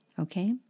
Okay